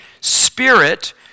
Spirit